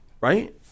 right